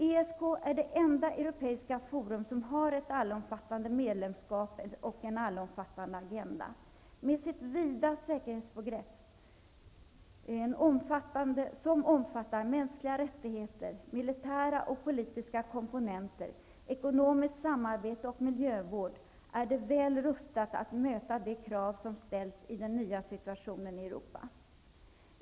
ESK är det enda europeiska forum som har ett allomfattande medlemskap och en allomfattande agenda. Med sitt vida säkerhetsbegrepp, som omfattar mänskliga rättigheter, militära och politiska komponenter, ekonomiskt samarbete och miljövård, är det väl rustat att möta de krav som ställs i den nya situationen i Europa.